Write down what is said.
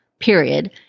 Period